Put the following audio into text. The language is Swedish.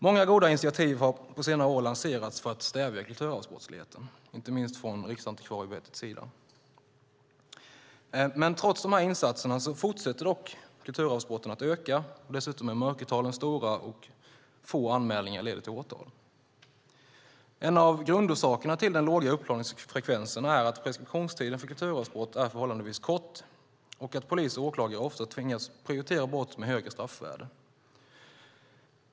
Många goda initiativ har på senare år lanserats för att stävja kulturarvsbrottsligheten, inte minst från Riksantikvarieämbetets sida. Men trots dessa insatser fortsätter kulturarvsbrotten att öka. Dessutom är mörkertalen stora, och få anmälningar leder till åtal. En av grundorsakerna till den låga uppklaringsfrekvensen är att preskriptionstiden för kulturarvsbrott är förhållandevis kort och att polis och åklagare ofta tvingas prioritera brott med högre straffvärde.